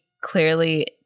clearly